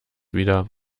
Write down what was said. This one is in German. wieder